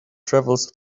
travels